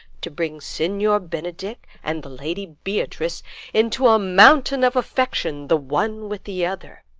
to bring signior benedick and the lady beatrice into a mountain of affection the one with the other.